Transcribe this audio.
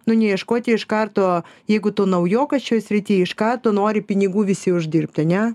nu neieškoti iš karto jeigu tu naujokas šioj srity iš ką tu nori pinigų visi uždirbt ane